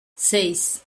seis